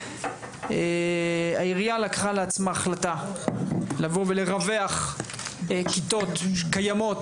העירייה לקחה לעצמה החלטה לבוא ולרווח כיתות קיימות